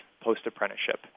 post-apprenticeship